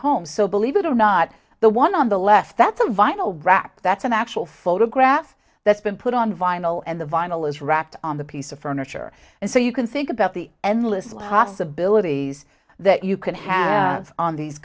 home so believe it or not the one on the left that's a vinyl rack that's an actual photograph that's been put on vinyl and the vinyl is wrapped on the piece of furniture and so you can think about the endless love possibilities that you can have on these